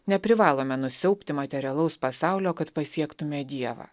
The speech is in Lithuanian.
neprivalome nusiaubti materialaus pasaulio kad pasiektume dievą